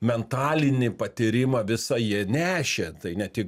mentalinį patyrimą visą jie nešė tai ne tik